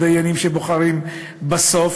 מי הדיינים שבוחרים בסוף?